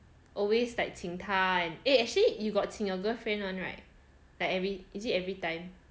always like 请他 eh actually you got 请 your girlfriend one right like every is it everytime